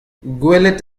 gwelet